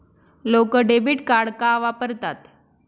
लोक debit card का वापरतात?